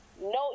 No